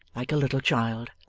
like a little child.